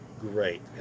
great